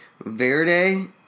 Verde